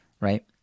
right